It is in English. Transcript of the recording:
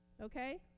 Okay